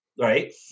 Right